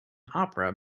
opera